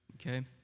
Okay